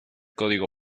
código